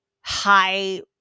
high